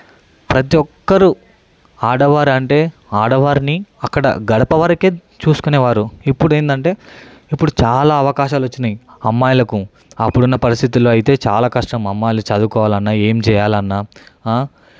ప్రతి ఒక్కరూ ఆడవారు అంటే ఆడవారిని అక్కడ గడప వరకే చూసుకునేవారు ఇప్పుడు ఏంటంటే ఇప్పుడు చాలా అవకాశాలు వచ్చినాయి అమ్మాయిలకు అప్పుడున్న పరిస్థితుల్లో అయితే చాలా కష్టం అమ్మాయిలు చదువుకోవాలి అన్న ఏం చేయాలన్న